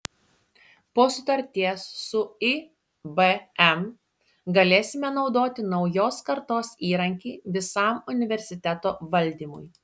po sutarties su ibm galėsime naudoti naujos kartos įrankį visam universiteto valdymui